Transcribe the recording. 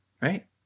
right